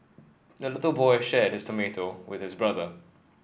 the little boy shared his tomato with his brother